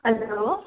hello